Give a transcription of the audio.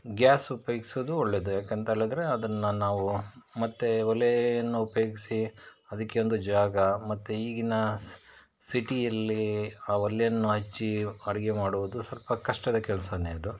gas ಉಪಯೋಗಿಸೋದು ಒಳ್ಳೆಯದು ಯಾಕಂಥೇಳಿದ್ರೆ ಅದನ್ನು ನಾವೂ ಮತ್ತೆ ಒಲೆಯನ್ನು ಉಪಯೋಗಿಸಿ ಅದಕ್ಕೆ ಒಂದು ಜಾಗ ಮತ್ತೆ ಈಗಿನ ಸಿಟಿಯಲ್ಲಿ ಆ ಒಲೆಯನ್ನು ಹಚ್ಚಿ ಅಡುಗೆ ಮಾಡುವುದು ಸ್ವಲ್ಪ ಕಷ್ಟದ ಕೆಲಸವೇ ಅದು